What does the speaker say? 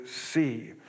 see